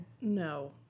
No